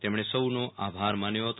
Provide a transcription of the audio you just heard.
તેમણે સૌનો આભાર માન્યો હતો